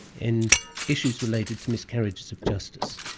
in issues related to miscarriages of justice.